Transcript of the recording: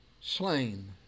slain